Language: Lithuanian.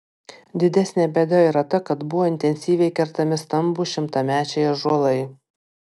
didesnė bėda yra ta kad buvo intensyviai kertami stambūs šimtamečiai ąžuolai